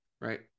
right